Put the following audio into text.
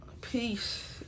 peace